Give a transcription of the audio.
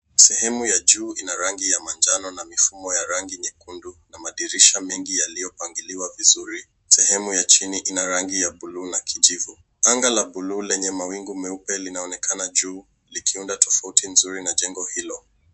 Sehemu ya juu ina rangi ya manjano na mifumo ya rangi nyekundu na madirisha mengi yaliyopangiliwa vizuri. Sehemu ya chini ina rangi ya buluu na kijivu. Angaa la buluu lenye mawingu meupe linaonekana juu likiunda tofauti nzuri na jengo hilo.